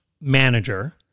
manager